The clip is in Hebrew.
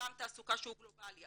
בעולם תעסוקה שהוא גלובלי.